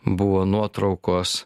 buvo nuotraukos